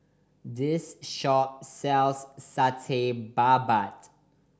this shop sells Satay Babat